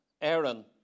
Aaron